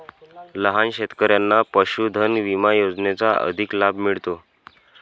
लहान शेतकऱ्यांना पशुधन विमा योजनेचा अधिक लाभ मिळतो